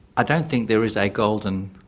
i don't think there is a golden,